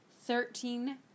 Thirteen